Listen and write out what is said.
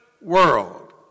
world